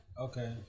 Okay